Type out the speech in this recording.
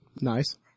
Nice